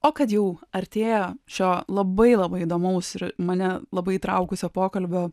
o kad jau artėja šio labai labai įdomaus ir mane labai įtraukusio pokalbio